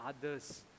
others